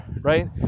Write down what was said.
right